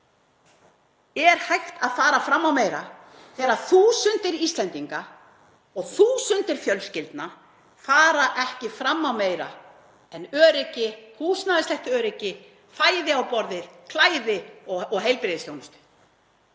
Er hægt að fara fram á meira þegar þúsundir Íslendinga og þúsundir fjölskyldna fara ekki fram á meira en öryggi, húsnæðislegt öryggi, fæði á borðið, klæði og heilbrigðisþjónustu?